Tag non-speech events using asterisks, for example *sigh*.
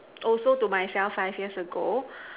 *noise* also to myself five years ago